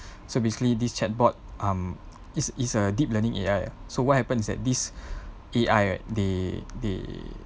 so basically this chat bot um is is a deep learning A_I so what happen is that this A_I right they they